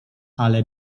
ale